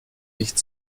nicht